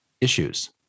issues